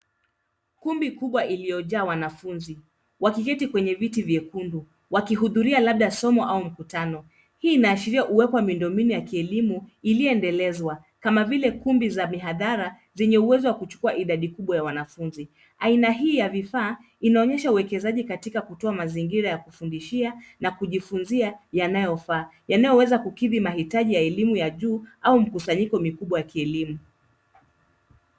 Kumbi kubwa iliyojaa wanafunzi wakiketi kwenye viti vyekundu wakihudhuria labda somo au mkutano. Hii inaashiria uwepo wa miundo mbinu ya kielimu iliyoendelezwa kama vile kumbi za mihadhara zenye uwezo wa kuchukua idadi kubwa ya wanafunzi. Aina hii ya vifaa inaonyesha uwekezaji katika kutoa mazingira ya kufundishia na kujifunza yanayofaa, yanayoweza kukidhi mahitaji ya elimu ya juu au mkusanyiko mkubwa wa kielimu.